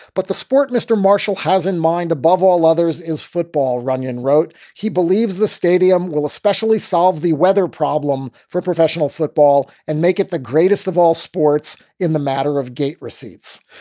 but the sport mr. marshall has in mind above all others is football, runyon wrote. he believes the stadium will especially solve the weather problem for professional football and make it the greatest of all sports in the matter of gate receipts.